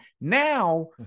Now